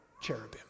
cherubim